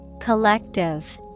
Collective